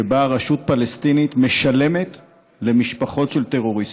שבה רשות פלסטינית משלמת למשפחות של טרוריסטים.